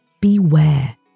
Beware